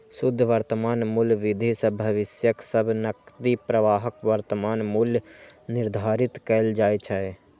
शुद्ध वर्तमान मूल्य विधि सं भविष्यक सब नकदी प्रवाहक वर्तमान मूल्य निर्धारित कैल जाइ छै